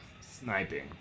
Sniping